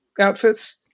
outfits